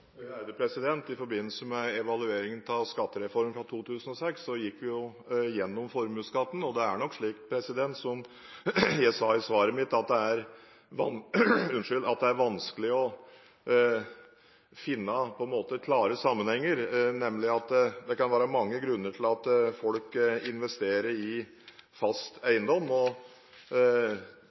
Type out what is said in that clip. I forbindelse med evalueringen av skattereformen fra 2006 gikk vi gjennom formuesskatten. Det er nok – slik jeg sa i svaret mitt – vanskelig å finne klare sammenhenger, det kan være mange grunner til at folk investerer i fast eiendom.